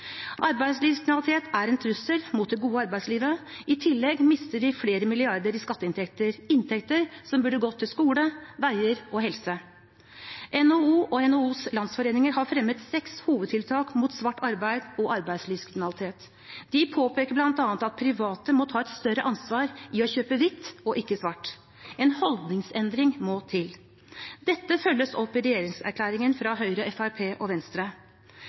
Arbeidslivskriminalitet er en trussel mot det gode arbeidslivet. I tillegg mister vi flere milliarder i skatteinntekter – inntekter som burde gått til skole, veier og helse. NHO og NHOs landsforeninger har fremmet seks hovedtiltak mot svart arbeid og arbeidslivskriminalitet. De påpeker bl.a. at private må ta et større ansvar for å kjøpe hvitt, og ikke svart. En holdningsendring må til. Dette følges opp i regjeringserklæringen fra Høyre, Fremskrittspartiet og Venstre.